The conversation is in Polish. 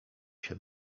się